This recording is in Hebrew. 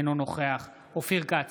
אינו נוכח אופיר כץ,